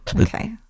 Okay